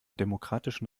demokratischen